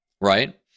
right